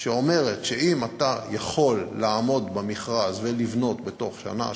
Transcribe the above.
שאומרת שאם אתה יכול לעמוד במכרז ולבנות בתוך שנה,